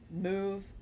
move